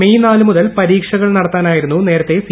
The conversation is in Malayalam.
മെയ് നാല് മുതൽ പരീക്ഷകൾ നടത്താനായിരുന്നു നേരത്തെ സി